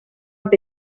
app